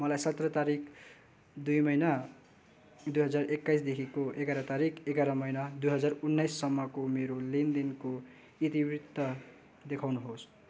मलाई सत्र तारिक दुई महिना दुई हजार एक्काइसदेखिको एघार तारिक एघार महिना दुई हजार उन्नाइससम्मको मेरो लेनदेनको इतिवृत्त देखाउनुहोस्